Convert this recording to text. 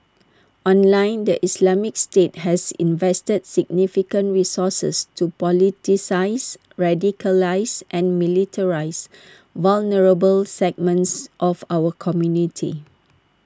online the Islamic state has invested significant resources to politicise radicalise and militarise vulnerable segments of our community